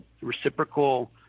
reciprocal